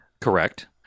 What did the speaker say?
Correct